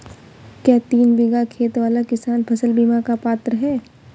क्या तीन बीघा खेत वाला किसान फसल बीमा का पात्र हैं?